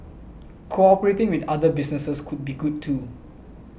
cooperating with other businesses could be good too